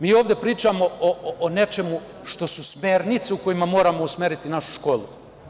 Mi ovde pričamo o nečemu što su smernice u kojima moramo usmeriti našu školu.